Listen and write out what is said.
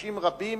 אנשים רבים